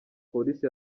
polisi